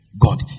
God